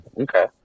Okay